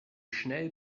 schnell